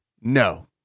no